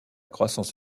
croissance